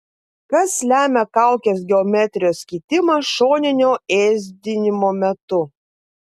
kas lemia kaukės geometrijos kitimą šoninio ėsdinimo metu